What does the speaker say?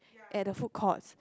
at the food courts